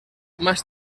más